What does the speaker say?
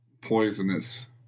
poisonous